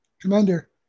Commander